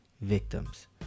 victims